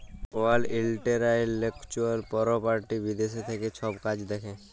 world intellectual property বিদ্যাশ থ্যাকে ছব কাজ দ্যাখে